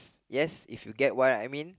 yes if you get what I mean